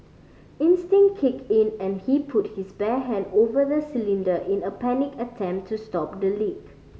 instinct kicked in and he put his bare hand over the cylinder in a panicked attempt to stop the leak